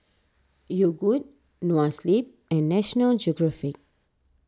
Yogood Noa Sleep and National Geographic